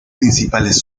principales